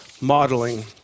modeling